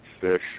Fish